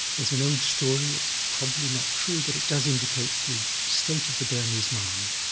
there's an old story. it's probably not true, but it does indicate the state of the burmese mind.